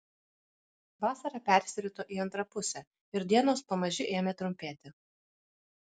vasara persirito į antrą pusę ir dienos pamaži ėmė trumpėti